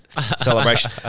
celebration